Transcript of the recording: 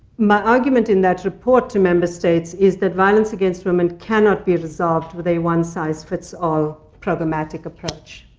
my argument in that report to member states is that violence against women cannot be resolved with a one size fits all programmatic approach.